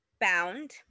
Bound